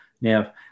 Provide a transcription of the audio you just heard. Now